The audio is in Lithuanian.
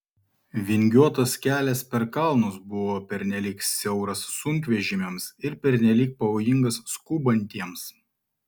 vingiuotas kelias per kalnus buvo pernelyg siauras sunkvežimiams ir pernelyg pavojingas skubantiems